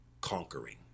conquering